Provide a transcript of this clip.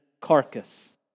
carcass